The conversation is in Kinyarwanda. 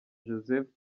joseph